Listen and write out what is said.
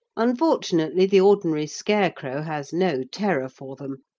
unfortunately the ordinary scarecrow has no terror for them,